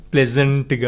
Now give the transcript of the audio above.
Pleasant